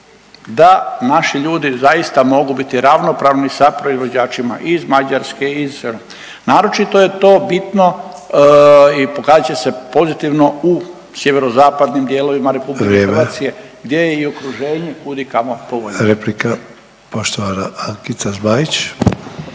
da naši ljudi zaista mogu biti ravnopravni sa proizvođačima iz Mađarske, iz, naročito je to bitno i pokazat će se pozitivno u sjeverozapadnim dijelima RH .../Upadica: Vrijeme./... gdje je i okruženje kudikamo povoljnije.